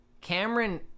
Cameron